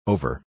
Over